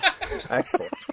Excellent